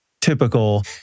typical